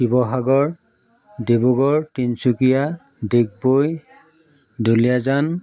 Sivasagar Dibrugarh Tinsukia Digboi Duliajan